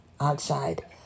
Outside